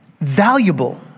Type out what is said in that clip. valuable